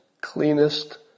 cleanest